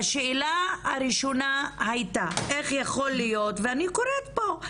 השאלה הראשונה הייתה איך יכול להיות ואני קוראת פה,